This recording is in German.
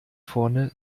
vorne